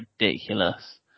ridiculous